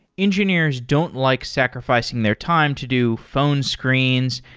engineers don't like sacrificing their time to do phone screens,